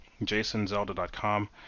JasonZelda.com